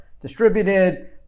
distributed